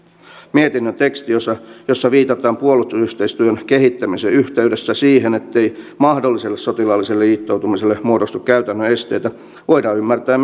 mietinnön tekstiosa jossa viitataan puolustusyhteistyön kehittämisen yhteydessä siihen ettei mahdolliselle sotilaalliselle liittoutumiselle muodostu käytännön esteitä voidaan ymmärtää